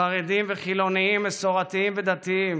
חרדים וחילונים, מסורתיים ודתיים,